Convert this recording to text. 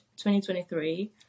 2023